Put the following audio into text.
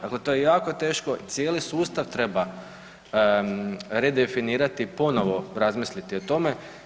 Dakle, to je jako teško i cijeli sustav treba redefinirati i ponovo razmisliti o tome.